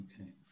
Okay